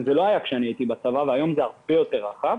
זה לא היה כשאני הייתי בצבא היום זה הרבה יותר רחב,